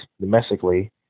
domestically